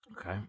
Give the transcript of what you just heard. Okay